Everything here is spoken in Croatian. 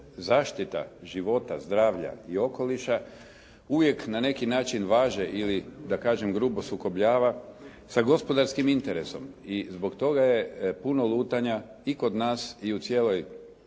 zaštita života, zdravlja i okoliša uvijek na neki način važe ili da kažem grubo sukobljava sa gospodarskim interesom i zbog toga je puno lutanja i kod nas i u cijeloj